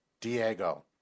Diego